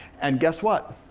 and guess what?